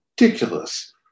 ridiculous